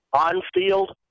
on-field